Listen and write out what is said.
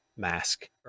mask